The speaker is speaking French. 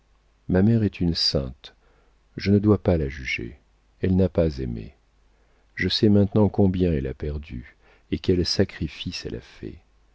ma mère est une sainte je ne dois pas la juger elle n'a pas aimé je sais maintenant combien elle a perdu et quels sacrifices elle a